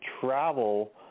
travel